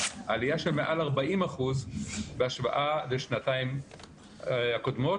עלייה של מעל 40% בהשוואה לשנתיים הקודמות